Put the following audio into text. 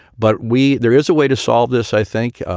but we. there is a way to solve this, i think.